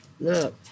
Look